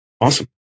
Awesome